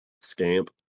scamp